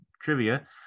trivia